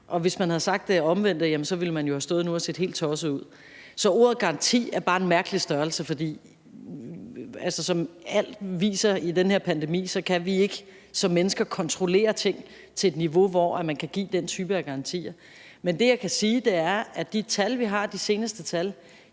hvis man havde sagt det omvendte, jamen så ville man jo have stået nu og set helt tosset ud. Så ordet garanti er bare en mærkelig størrelse, for som alt viser i den her pandemi, kan vi ikke som mennesker kontrollere ting til et niveau, hvor man kan give den type af garantier. Men det, jeg kan sige, er, at de tal, vi har, altså de seneste tal,